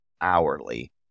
hourly